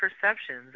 perceptions